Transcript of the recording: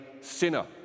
sinner